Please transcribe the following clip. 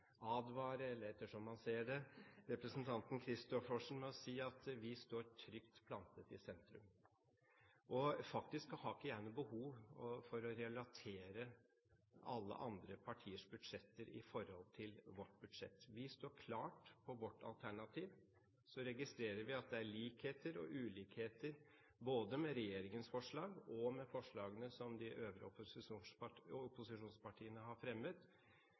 advare – etter som man ser det – representanten Kristoffersen med å si at vi står trygt plantet i sentrum. Faktisk har jeg ikke noe behov for å relatere alle andre partiers budsjetter til vårt budsjett. Vi står klart på vårt alternativ. Så registrerer vi at det er likheter og ulikheter ved regjeringens forslag og forslagene som de øvrige opposisjonspartiene har fremmet.